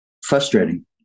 Frustrating